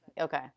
Okay